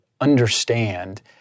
understand